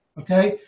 Okay